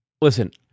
Listen